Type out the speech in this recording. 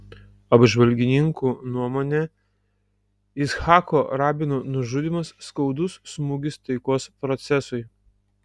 apžvalgininkų nuomone icchako rabino nužudymas skaudus smūgis taikos procesui